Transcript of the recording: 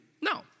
No